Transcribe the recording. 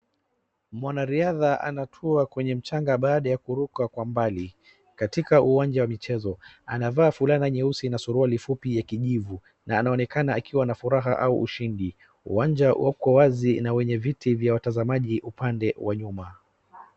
Mwanariadha anatua kwenye mchanga baada ya kuruka kwa mbali katika uwanja wa michezo. Anavaa fulana nyeusi na suruali fupi ya kijivu na anaonekana akiwa na furaha au ushindi. Uwanja uko wazi na wenye viti vya watazamaji upande wa nyuma.